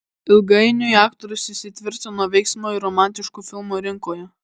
ilgainiui aktorius įsitvirtino veiksmo ir romantiškų filmų rinkoje